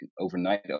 overnight